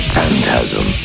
Phantasm